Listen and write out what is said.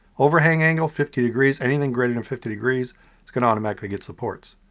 overhang angle, fifty degrees. anything greater than fifty degrees it's gonna automatically get supports.